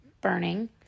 burning